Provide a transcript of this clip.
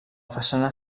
façana